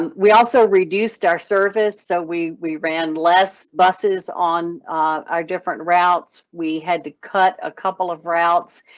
and we also reduced our service, so we we ran less buses on our different routes, we had to cut a couple of routes,